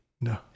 No